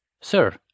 Sir